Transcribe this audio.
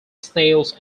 snails